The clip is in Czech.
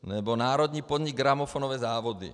Nebo národní podnik Gramofonové závody.